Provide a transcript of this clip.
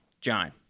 john